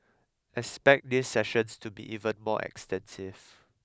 expect these sessions to be even more extensive